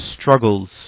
struggles